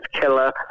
killer